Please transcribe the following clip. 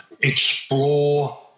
explore